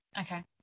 Okay